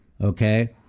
Okay